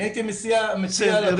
אני הייתי מציע ------ כן.